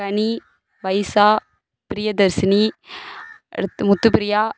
Ghani Vaisha Priyadarshini Rith Muthupriya